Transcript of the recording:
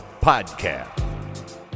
Podcast